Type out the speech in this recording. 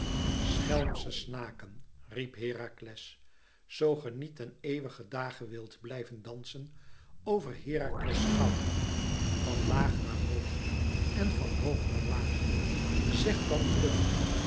schelmsche snaken riep herakles zoo ge niet ten eeuwigen dage wilt blijven dansen over herakles schouder van laag naar hoog en van hoog naar laag zegt dan vlug